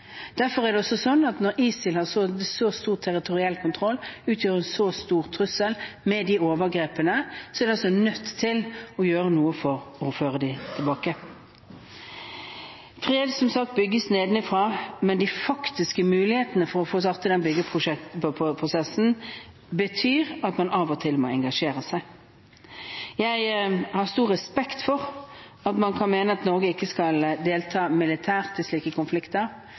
Derfor er det også slik at når ISIL har så stor territoriell kontroll og utgjør en så stor trussel, med alle overgrepene, er vi nødt til å gjøre noe for å føre dem tilbake. Som sagt bygges fred nedenfra, men de faktiske mulighetene for å få startet den byggeprosessen betyr at man av og til må engasjere seg. Jeg har stor respekt for at man kan mene at Norge ikke skal delta militært i slike konflikter,